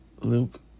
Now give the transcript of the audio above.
Luke